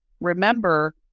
remember